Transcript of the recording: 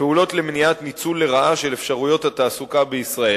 פעולות למניעת ניצול לרעה של אפשרויות התעסוקה בישראל: